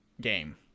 game